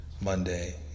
Monday